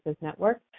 Network